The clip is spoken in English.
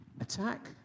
Attack